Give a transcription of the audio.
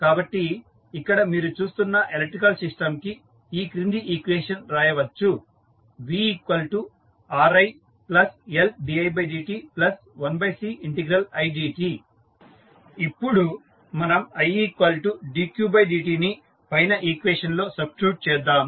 కాబట్టి ఇక్కడ మీరు చూస్తున్న ఎలక్ట్రికల్ సిస్టం కి ఈ క్రింది ఈక్వేషన్ రాయవచ్చు VRiLdidt1Cidt ఇప్పుడు మనం idqdtని పైన ఈక్వేషన్ లో సబ్స్టిట్యూట్ చేద్దాము